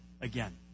again